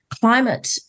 Climate